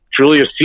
Julius